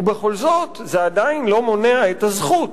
ובכל זאת, זה עדיין לא מונע את הזכות